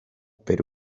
per